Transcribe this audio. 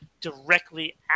directly